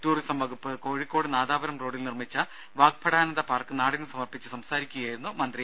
tourism വകുപ്പ് കോഴിക്കോട് നാദാപുരം റോഡിൽ നിർമ്മിച്ച വാഗ്ഭടാനന്ദ പാർക്ക് നാടിന് സമർപ്പിച്ച് സംസാരിക്കുകയായിരുന്നു മന്ത്രി